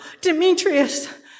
Demetrius